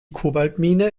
kobaltmine